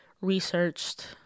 researched